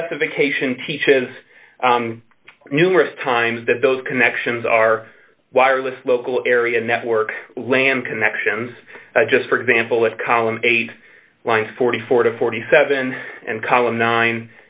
specification teaches numerous times that those connections are wireless local area network lan connections just for example that column eight lines forty four to forty seven and column nine